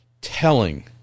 telling